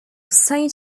saint